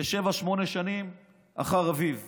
וכשבע-שמונה שנים אחרי, אביו.